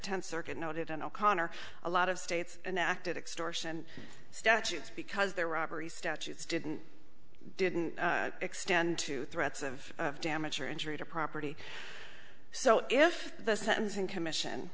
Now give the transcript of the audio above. tenth circuit noted on o'connor a lot of states enact it extortion statutes because they're robbery statutes didn't didn't extend to threats of damage or injury to property so if the sentencing commission